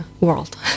world